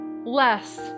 less